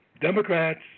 Democrats